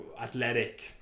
athletic